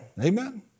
Amen